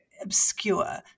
obscure